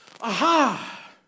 Aha